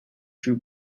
true